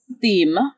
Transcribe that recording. theme